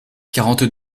quarante